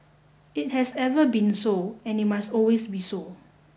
it has ever been so and it must always be so